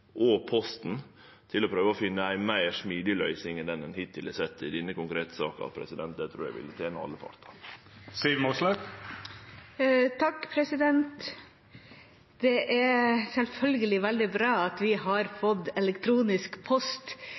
og Posten til å prøve å finne ei meir smidig løysing enn den ein hittil har sett i denne konkrete saka. Det trur eg vil tene alle partar. Det er selvfølgelig veldig bra at vi har fått elektronisk post.